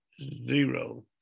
zero